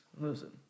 listen